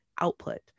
output